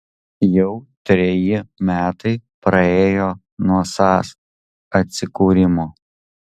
jau treji metai praėjo nuo sas atsikūrimo